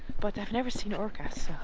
but i've never seen orcas,